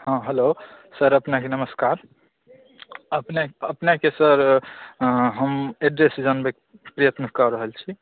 हँ hello sir अपनेकेँ नमस्कार अपनेकेँ अपनेकेँ सर हम एड्रेस जानयकेँ प्रयत्न कऽ रहल छी